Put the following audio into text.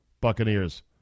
Buccaneers